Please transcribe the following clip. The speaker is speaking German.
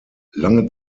lange